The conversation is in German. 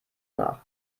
nach